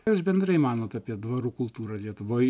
ką jūs bendrai manot apie dvarų kultūrą lietuvoj